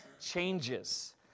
changes